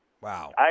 Wow